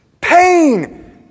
Pain